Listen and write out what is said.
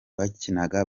bakinaga